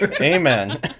Amen